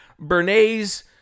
Bernays